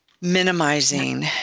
minimizing